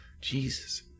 Jesus